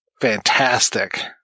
fantastic